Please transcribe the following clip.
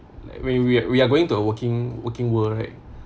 like we're we're we're going to a working working world right